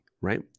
right